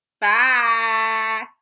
Bye